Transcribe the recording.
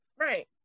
Right